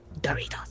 Doritos